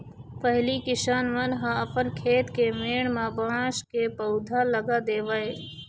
पहिली किसान मन ह अपन खेत के मेड़ म बांस के पउधा लगा देवय